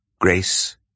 Grace